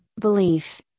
belief